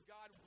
God